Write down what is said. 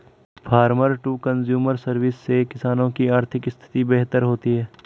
farmer to consumer service से किसानों की आर्थिक स्थिति बेहतर होती है